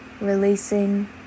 releasing